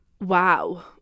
wow